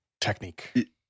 technique